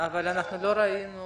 אבל לא ראינו